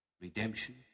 redemption